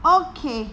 okay